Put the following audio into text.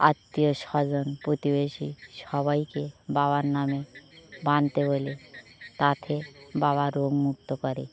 আত্মীয় স্বজন প্রতিবেশী সবাইকে বাবার নামে বাঁধতে বলি তাতে বাবা রোগমুক্ত করে